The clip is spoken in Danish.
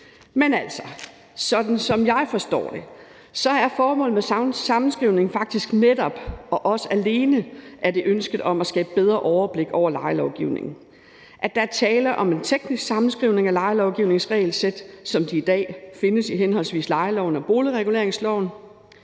Men, altså, sådan som jeg forstår det, er formålet og ønsket med sammenskrivningen faktisk netop og også alene at skabe bedre overblik over lejelovgivningen, og jeg forstår det, som at der er tale om en teknisk sammenskrivning af lejelovgivningens regelsæt, som det i dag findes i henholdsvis lejeloven og boligreguleringsloven.